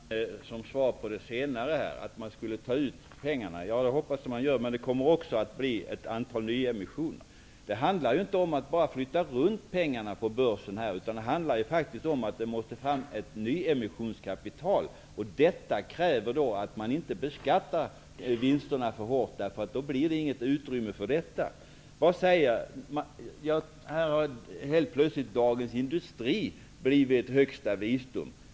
Herr talman! Som svar på påståendet att man skulle ta ut pengarna vill jag säga att det hoppas jag att man gör, men det kommer också att bli ett antal nyemissioner. Det handlar här inte om att bara flytta runt pengarna på börsen, utan det handlar faktiskt om att det måste fram ett nyemissionskapital, och detta kräver då att man inte beskattar vinsterna för hårt -- då blir det inte utrymme för detta. Här har plötsligt vad som står i Dagens Industri blivit högsta visdom.